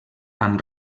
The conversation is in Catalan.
amb